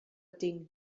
tinc